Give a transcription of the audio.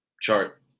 chart